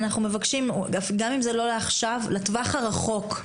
אנחנו מבקשים גם אם זה לא לעכשיו לטווח הרחוק,